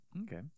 Okay